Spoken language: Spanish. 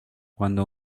cuando